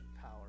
power